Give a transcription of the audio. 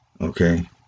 okay